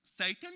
Satan